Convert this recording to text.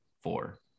four